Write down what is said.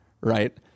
Right